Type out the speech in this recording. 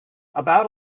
about